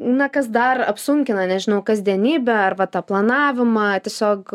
na kas dar apsunkina nežinau kasdienybę ar vat tą planavimą tiesiog